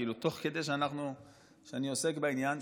תוך כדי שאני עוסק בעניין,